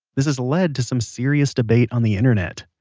this has led to some serious debate on the internet